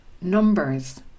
Numbers